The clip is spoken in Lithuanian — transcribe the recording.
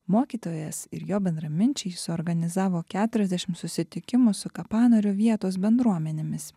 mokytojas ir jo bendraminčiai suorganizavo keturiasdešim susitikimų su kapanorio vietos bendruomenėmis